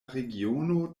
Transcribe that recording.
regiono